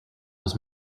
was